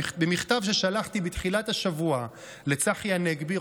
במכתב ששלחתי בתחילת השבוע לצחי הנגבי,